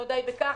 לא די בכך,